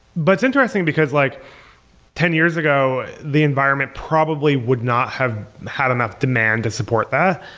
but it's interesting, because like ten years ago the environment probably would not have had enough demand to support that,